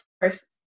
first